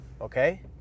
okay